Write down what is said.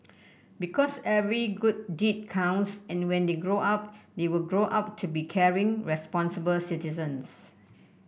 because every good deed counts and when they grow up they will grow up to be caring responsible citizens